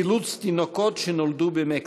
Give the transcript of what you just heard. חילוץ תינוקות שנולדו במקסיקו.